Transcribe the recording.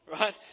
right